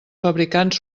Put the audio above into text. fabricants